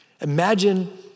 Imagine